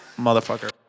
Motherfucker